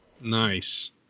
Nice